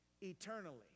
eternally